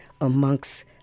amongst